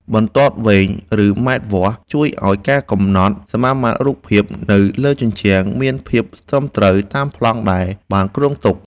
បន្ទាត់វែង និងម៉ែត្រវាស់ ជួយឱ្យការកំណត់សមាមាត្ររូបភាពនៅលើជញ្ជាំងមានភាពត្រឹមត្រូវតាមប្លង់ដែលបានគ្រោងទុក។